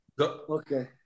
Okay